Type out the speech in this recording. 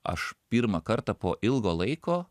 aš pirmą kartą po ilgo laiko